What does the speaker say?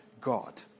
God